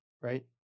right